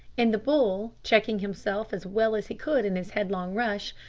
and the bull, checking himself as well as he could in his headlong rush,